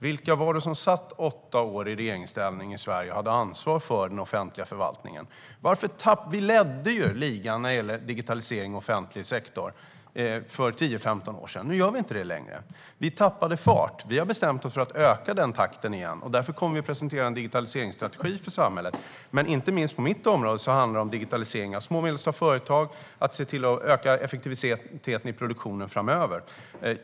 Vilka satt i regeringsställning i Sverige under åtta år och hade ansvar för den offentliga förvaltningen? Vi ledde ju ligan för digitalisering av offentlig sektor för 10-15 år sedan. Det gör vi inte längre. Vi tappade fart. Vi har bestämt oss för att öka takten igen, och därför kommer vi att presentera en digitaliseringsstrategi för samhället. På mitt område handlar det inte minst om digitalisering av små och medelstora företag och om att framöver öka effektiviteten i produktionen.